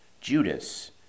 Judas